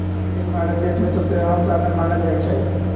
rail Bharat देश में सबसे अहम साधन मानल जाई छई